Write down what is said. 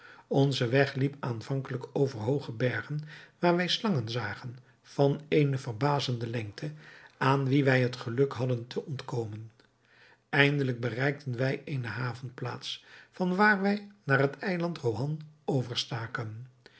onze weg liep aanvankelijk over hooge bergen waar wij slangen zagen van eene verbazende lengte aan wie wij het geluk hadden te ontkomen eindelijk bereikten wij eene havenplaats van waar wij naar het eiland